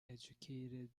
educated